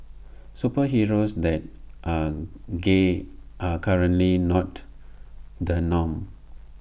superheroes that are gay are currently not the norm